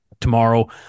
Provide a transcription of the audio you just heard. tomorrow